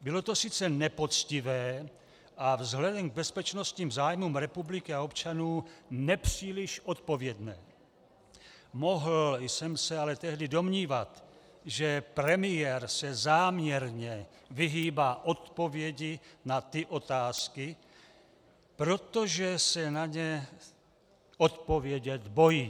bylo to sice nepoctivé a vzhledem k bezpečnostním zájmům republiky a občanů nepříliš odpovědné, mohl jsem se ale tehdy domnívat, že premiér se záměrně vyhýbá odpovědi na ty otázky, protože se na ně odpovědět bojí.